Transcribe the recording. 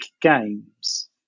games